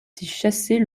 chasser